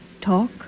talk